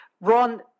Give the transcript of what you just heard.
Ron